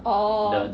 orh